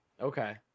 Okay